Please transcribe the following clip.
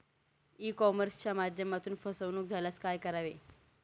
E कॉमर्सच्या माध्यमातून फसवणूक झाल्यास काय करावे?